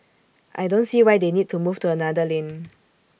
I don't see why they need to move to another lane